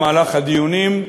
במהלך הדיונים,